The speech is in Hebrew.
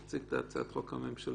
אתה תציג את הצעת החוק הממשלתית,